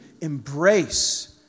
embrace